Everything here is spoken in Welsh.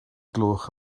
gloch